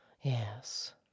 Yes